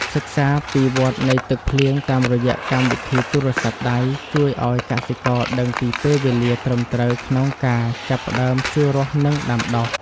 សិក្សាពីវដ្តនៃទឹកភ្លៀងតាមរយៈកម្មវិធីទូរស័ព្ទដៃជួយឱ្យកសិករដឹងពីពេលវេលាត្រឹមត្រូវក្នុងការចាប់ផ្ដើមភ្ជួររាស់និងដាំដុះ។